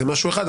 זה משהו אחד,